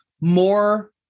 more